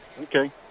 Okay